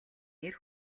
нэр